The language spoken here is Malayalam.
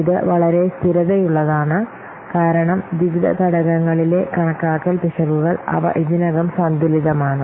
ഇത് വളരെ സ്ഥിരതയുള്ളതാണ് കാരണം വിവിധ ഘടകങ്ങളിലെ കണക്കാക്കൽ പിശകുകൾ അവ ഇതിനകം സന്തുലിതമാണ്